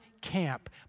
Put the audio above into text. camp